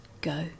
Go